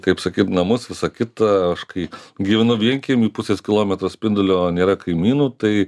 kaip sakyt namus visa kita aš kai gyvenu vienkiemy pusės kilometro spindulio nėra kaimynų tai